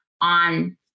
on